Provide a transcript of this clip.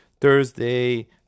Thursday